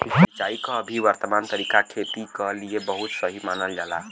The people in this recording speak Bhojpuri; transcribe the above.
सिंचाई क अभी वर्तमान तरीका खेती क लिए बहुत सही मानल जाला